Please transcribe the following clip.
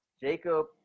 Jacob